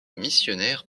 missionnaire